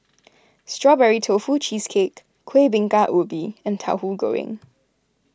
Strawberry Tofu Cheesecake Kueh Bingka Ubi and Tauhu Goreng